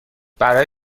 برای